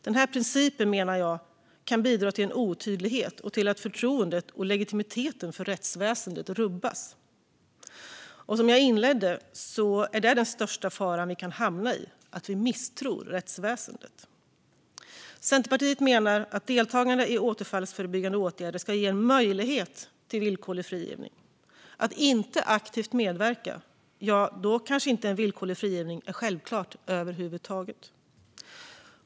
Den principen menar jag kan bidra till en otydlighet och till att förtroendet och legitimiteten för rättsväsendet rubbas. Och, som jag inledde med, är den största fara vi kan hamna i att man misstror rättsväsendet. Centerpartiet menar att deltagande i återfallsförebyggande åtgärder ska ge möjlighet till villkorlig frigivning. Om man inte aktivt medverkar är villkorlig frigivning kanske inte självklart över huvud taget.